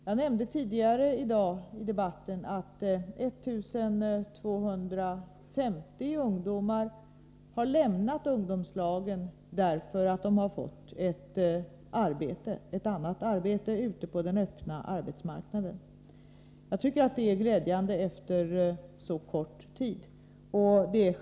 Jag nämnde tidigare att 1 250 ungdomar har lämnat ungdomslagen, därför att de fått ett annat arbete ute på den öppna arbetsmarknaden. Att de fått det efter så kort tid tycker jag är glädjande.